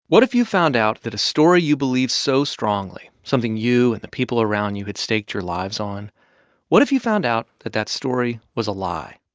what if you found out that a story you believed so strongly something you and the people around you had staked your lives on what if you found out that that story was a lie?